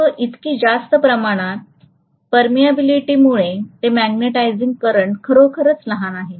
लोह इतकी जास्त प्रमाणात परमियाबिलीटीमुळे ते मॅग्नेटिझिंग करंट खरोखरच लहान आहे